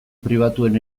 pribatuen